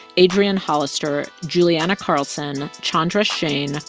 adrian hollister, julianna carlson, chandra shane,